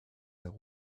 their